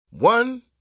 One